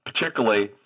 particularly –